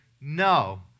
no